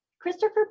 Christopher